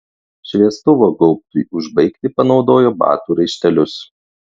šviestuvo gaubtui užbaigti panaudojo batų raištelius